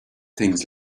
things